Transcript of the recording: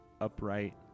upright